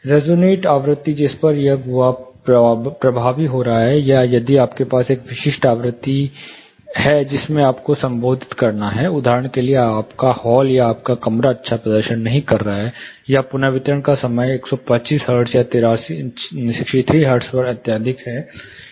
resonate आवृत्ति जिस पर यह गुहा प्रभावी हो रहा है या यदि आपके पास एक विशिष्ट आवृत्ति है जिसमें आपको संबोधित करना है उदाहरण के लिए आपका हॉल या आपका कमरा अच्छा प्रदर्शन नहीं कर रहा है या पुनर्वितरण का समय 125 हर्ट्ज या 63 हर्ट्ज पर अत्यधिक है